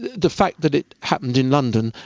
the fact that it happened in london,